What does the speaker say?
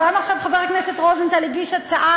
גם עכשיו חבר הכנסת רוזנטל הגיש הצעה